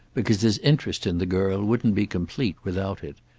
because his interest in the girl wouldn't be complete without it.